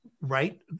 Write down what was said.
right